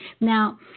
Now